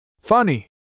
Funny